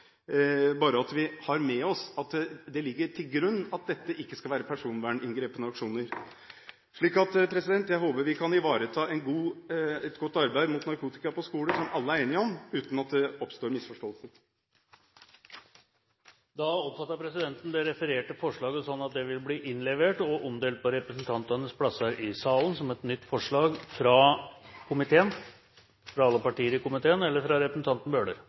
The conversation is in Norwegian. bare at vi har med oss at det ligger til grunn at dette ikke skal være personverninngripende aksjoner. Jeg håper vi kan ivareta et godt arbeid mot narkotika på skolene som alle er enige om, uten at det oppstår misforståelser. Da oppfatter presidenten det refererte forslaget slik at det vil bli innlevert og omdelt på representantenes plasser i salen som et nytt forslag fra komiteen – fra alle partier i komiteen, eller fra representanten Bøhler?